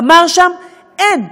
אמר שם: אין.